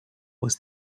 was